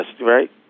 right